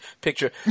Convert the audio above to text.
Picture